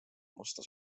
musta